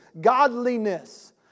godliness